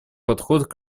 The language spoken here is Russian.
подход